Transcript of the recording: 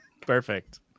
Perfect